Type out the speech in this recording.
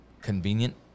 convenient